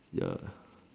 ya